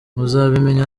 muzabimenya